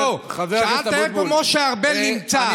לא, לא, שאלת איפה משה ארבל נמצא,